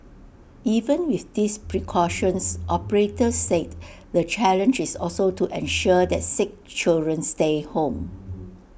even with these precautions operators said the challenge is also to ensure that sick children stay home